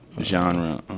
genre